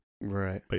Right